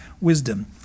wisdom